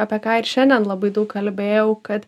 apie ką ir šiandien labai daug kalbėjau kad